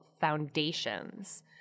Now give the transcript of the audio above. foundations